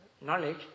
knowledge